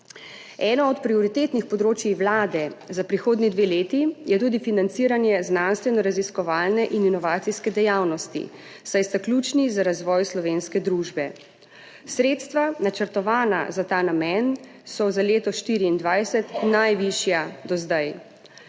Eno od prioritetnih področij vlade za prihodnji dve leti je tudi financiranje znanstvenoraziskovalne in inovacijske dejavnosti, saj sta ključni za razvoj slovenske družbe. Sredstva, načrtovana za ta namen, so za leto 2024 najvišja do zdaj.